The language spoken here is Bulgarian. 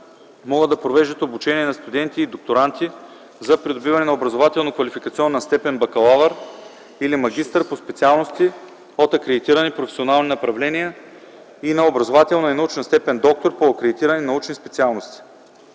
могат да провеждат обучение на студенти и докторанти за придобиване на образователно-квалификационна степен „бакалавър” или „магистър” по специалности от акредитирани професионални направления и на образователна и научна степен „доктор” по акредитирани научни специалности.